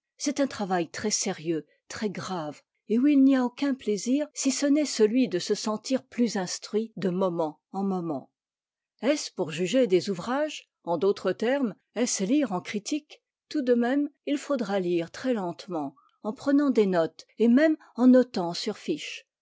c'est un travail très sérieux très grave et où il n'y a aucun plaisir si ce n'est celui de se sentir plus instruit de moment en moment est-ce pour juger des ouvrages en d'autres termes est-ce lire en critique tout de même il faudra lire très lentement en prenant des notes et même en notant sur